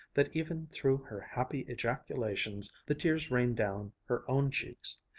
that even through her happy ejaculations the tears rained down her own cheeks.